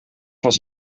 was